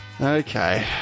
Okay